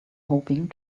hoping